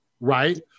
right